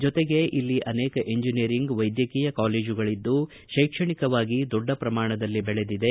ಜೊತೆಗೆ ಇಲ್ಲಿ ಅನೇಕ ಎಂಜನಿಯರಿಂಗ್ ವೈದ್ಯಕೀಯ ಕಾಲೇಜುಗಳಿದ್ದು ಶೈಕ್ಷಣಿಕವಾಗಿ ದೊಡ್ಡ ಪ್ರಮಾಣದಲ್ಲಿ ಬೆಳೆದಿದೆ